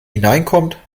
hineinkommt